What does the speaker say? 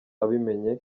abimenye